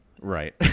Right